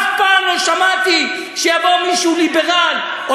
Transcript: אף פעם לא שמעתי שיבוא מישהו ליברל או